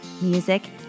music